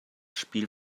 spiel